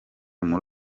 muri